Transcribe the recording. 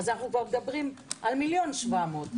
אז אנחנו כבר מדברים על 1.7 מיליון.